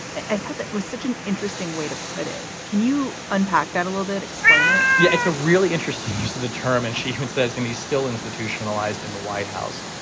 i thought that was such an interesting way to put it. can you unpack that a little bit? explain it yeah, it's a really interesting use of the term. and she says and he's still institutionalized in the white house.